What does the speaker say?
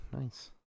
Nice